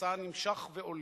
מסע נמשך והולך,